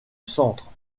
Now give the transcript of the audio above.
centre